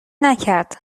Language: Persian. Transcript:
نکرد